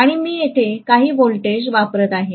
आणि मी येथे काही व्होल्टेज वापरत आहे